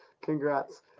Congrats